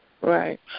right